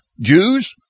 Jews